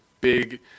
big –